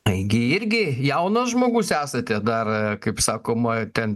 taigi irgi jaunas žmogus esate dar kaip sakoma ten